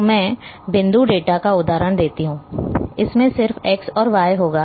तो मैं बिंदु डेटा का उदाहरण देता हूं इसमें सिर्फ x और y होगा